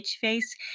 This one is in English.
face